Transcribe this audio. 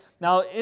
Now